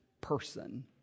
person